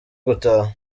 gutaha